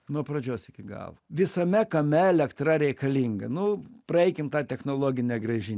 nuo pradžios iki galo visame kame elektra reikalinga nu praeikim tą technologinę gręži